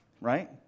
right